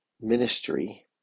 ministry